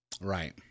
Right